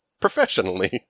Professionally